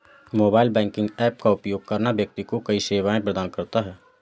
mobile banking app का उपयोग करना व्यक्ति को कई सेवाएं प्रदान करता है